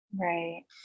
Right